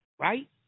right